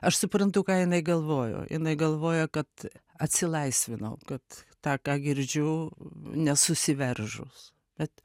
aš suprantu ką jinai galvojo jinai galvojo kad atsilaisvinau kad tą ką girdžiu nesusiveržus bet